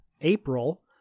April